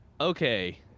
Okay